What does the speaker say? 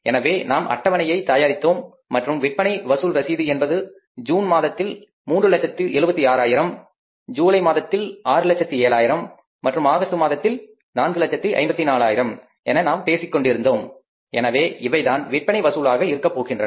எனவே நாம் அட்டவணையை தயாரித்தோம் மற்றும் விற்பனை வசூல் ரசீது என்பது ஜூன் மாதத்தில் 376000 ஜூலை மாதத்தில் 607000 மற்றும் ஆகஸ்ட் மாதத்தில் 454000 என நாம் பேசிக் கொண்டிருந்தோம் எனவே இவைதான் விற்பனை வசூலாக இருக்கப் போகின்றன